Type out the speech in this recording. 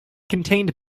contained